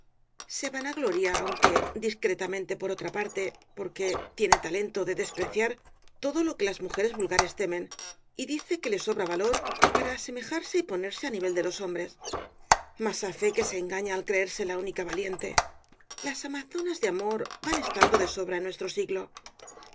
se vanagloria aunque discretamente por otra parte porque tiene talento de despreciar todo lo que las mujeres vulgares temen y dice que le sobra valor para asemejarse y ponerse á nivel de los hombres mas á fe que se engaña al creerse la única valiente las amazonas de amor van estando de sobra en nuestro siglo